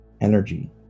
energy